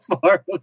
far